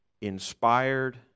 inspired